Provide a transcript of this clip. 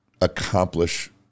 accomplish